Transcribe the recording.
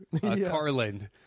Carlin